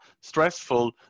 stressful